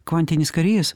kvantinis karys